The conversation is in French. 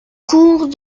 cours